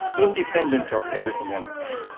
independent of everything else.